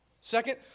Second